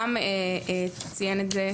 ואלון גם ציין את זה.